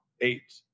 eight